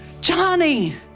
Johnny